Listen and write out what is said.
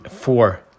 four